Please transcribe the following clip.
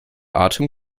atem